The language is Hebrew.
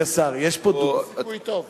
יש סיכוי טוב.